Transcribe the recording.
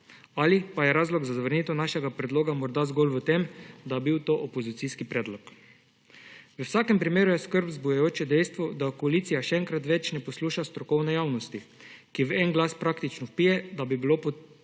ali pa je razlog za zavrnitev našega predloga morda zgolj v tem, da je bil to opozicijski predlog. V vsakem primeru je skrb vzbujajoče dejstvo, da koalicija še enkrat več ne posluša strokovne javnosti, ki v en glas praktično vpije, da bi bilo treba